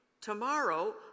Tomorrow